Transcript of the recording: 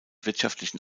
wirtschaftlichen